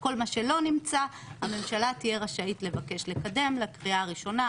כל מה שלא נמצא הממשלה תהיה רשאית לבקש לקדם לקריאה הראשונה,